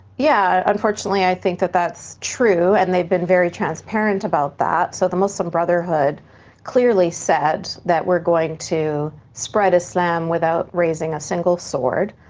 yeah, unfortunately, i think that that's true and they've been very transparent about that. so the muslim brotherhood clearly said that we're going to spread islam without raising a single sword,